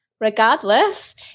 regardless